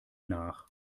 nach